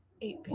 eight